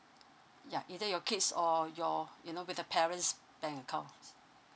ya either your kids' or your you know with the parents' bank accounts